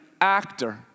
actor